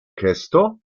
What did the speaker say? kesto